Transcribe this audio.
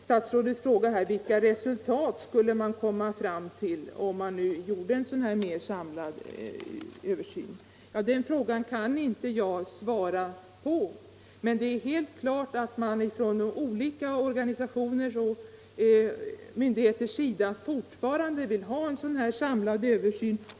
Statsrådet frågar: Vilka resultat skulle man komma fram till, om man nu gjorde en sådan här mer samlad översyn? Den frågan kan jag inte svara på. Men det är helt klart att man från olika organisationers och myndigheters sida fortfarande vill ha en sådan samlad översyn.